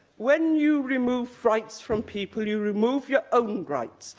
when you remove rights from people, you remove your own rights,